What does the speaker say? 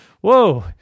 Whoa